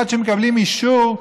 עד שמקבלים אישור לרכב,